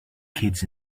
kids